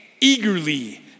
eagerly